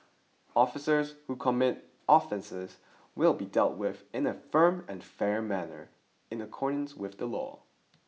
officers who commit offences will be dealt with in a firm and fair manner in accordance with the law